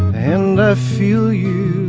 and i feel yeah